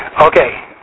Okay